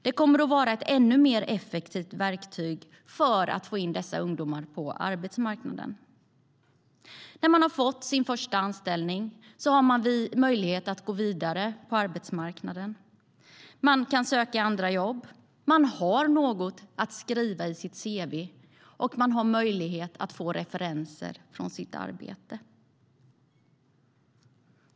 Det kommer att vara ett ännu mer effektivt verktyg för att få in dessa ungdomar på arbetsmarknaden. När man har fått sin första anställning har man en möjlighet att gå vidare på arbetsmarknaden. Man kan söka andra jobb. Man har något att skriva i sitt cv, och man kan få referenser från sitt arbete.